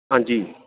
हां जी